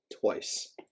twice